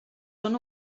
són